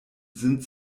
sind